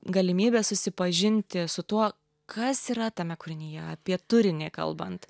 galimybė susipažinti su tuo kas yra tame kūrinyje apie turinį kalbant